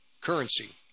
currency